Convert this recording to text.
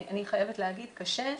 אני חייבת להגיד, קשה.